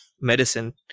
medicine